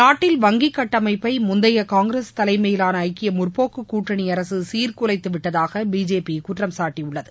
நாட்டில் வங்கிக் கட்டமைப்பை முந்தைய காங்கிரஸ் தலைமையிலாள ஐக்கிய முற்போக்குக் கூட்டணி அரசு சீர்குலைத்து விட்டதாக பிஜேபி குற்றம் சாட்டியுள்ளது